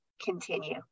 continue